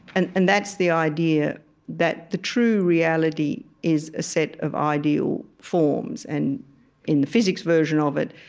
and and that's the idea that the true reality is a set of ideal forms. and in the physics version of it,